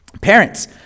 parents